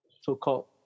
so-called